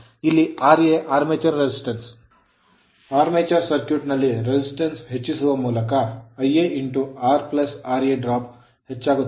ಆದ್ದರಿಂದ armature circuit armature circuit ನಲ್ಲಿ resistance ಪ್ರತಿರೋಧವನ್ನು ಹೆಚ್ಚಿಸುವ ಮೂಲಕ Ia R ra drop ಕುಸಿತವು ಹೆಚ್ಚಾಗುತ್ತದೆ